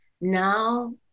Now